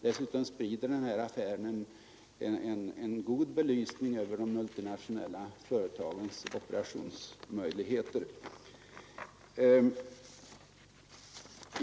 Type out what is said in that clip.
Den här affären ger verkligen en god belysning över de multinationella företagens operationsmöjligheter.